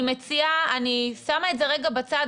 אני שמה את זה רגע בצד.